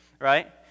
right